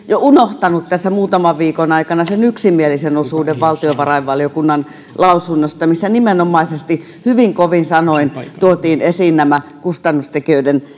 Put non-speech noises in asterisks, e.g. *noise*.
jo unohtanut tässä muutaman viikon aikana sen yksimielisen osuuden valtiovarainvaliokunnan lausunnosta missä nimenomaisesti hyvin kovin sanoin tuotiin esiin nämä kustannustekijöiden *unintelligible*